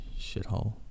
shithole